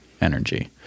energy